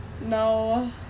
No